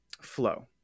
flow